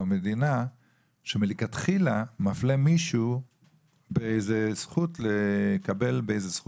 במדינה שמלכתחילה מפלה מישהו באיזה זכות אוניברסלית